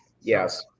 Yes